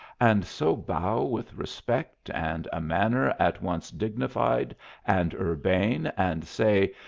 and so bow with respect and a manner at once dignified and urbane, and say,